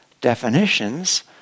definitions